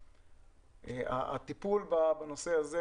הטיפול בנושא הזה,